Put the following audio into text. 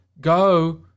go